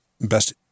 best